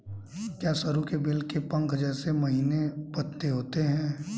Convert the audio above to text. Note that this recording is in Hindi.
क्या सरु के बेल के पंख जैसे महीन पत्ते होते हैं?